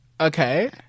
Okay